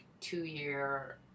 two-year